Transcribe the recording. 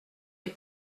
est